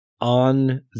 on